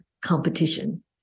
competition